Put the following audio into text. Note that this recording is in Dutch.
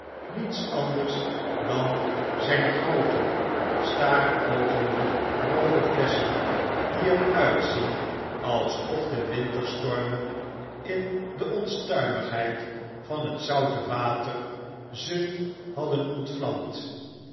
niets anders dan zflngroote staaroogende roode flesschen die er uitzien alsof de winterstormen in de onstuimigheid van het zoute water ze hadden